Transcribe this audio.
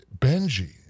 Benji